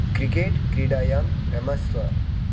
cricket क्रीडायां रमस्व